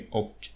och